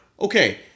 Okay